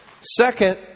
Second